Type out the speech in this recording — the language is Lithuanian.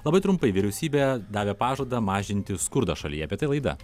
labai trumpai vyriausybė davė pažadą mažintiskurdą šalyjy apie tai laida